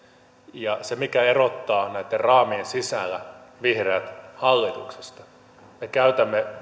ja se mikä erottaa näitten raamien sisällä vihreät hallituksesta me käytämme rahaa